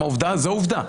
זו עובדה.